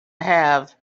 have